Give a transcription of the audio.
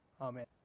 Amen